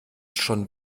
schon